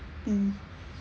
mm